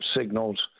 signals